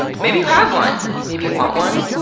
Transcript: maybe you have one. maybe you want one.